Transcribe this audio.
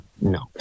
no